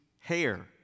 hair